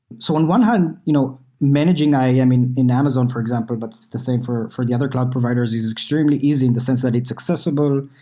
so on one hand, you know managing ah yeah iam in amazon, for example, but it's the same for for the other cloud providers. it's extremely easy in the sense that it's accessible.